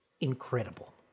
incredible